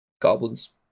goblins